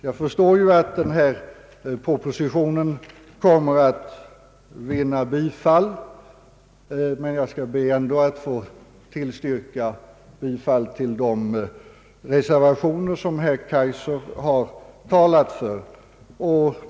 Jag förstår att denna proposition kommer att vinna bifall, men jag skall ändå be att få yrka bifall till de reservationer som herr Kaijser talat för.